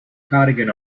cardigan